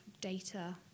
data